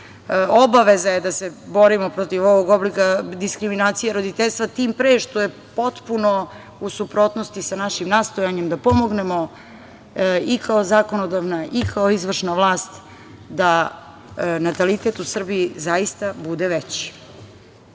Obaveza je da se borimo protiv ovog oblika diskriminacije roditeljstva tim pre što je potpuno u suprotnosti sa našim nastojanjem da pomognemo i kao zakonodavna i kao izvršan vlast, da natalitet u Srbiji zaista bude veći. Sve